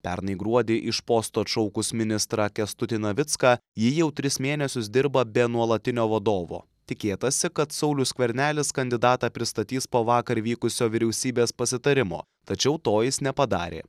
pernai gruodį iš posto atšaukus ministrą kęstutį navicką ji jau tris mėnesius dirba be nuolatinio vadovo tikėtasi kad saulius skvernelis kandidatą pristatys po vakar vykusio vyriausybės pasitarimo tačiau to jis nepadarė